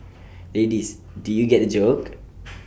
ladies did you get the joke